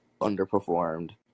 underperformed